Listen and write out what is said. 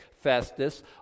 Festus